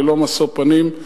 ללא משוא פנים.